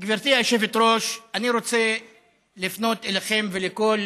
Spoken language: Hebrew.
גברתי היושבת-ראש, אני רוצה לפנות אליכם ואל כל